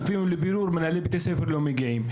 אפילו לבירור הם לא מגיעים.